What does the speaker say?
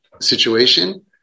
situation